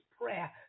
prayer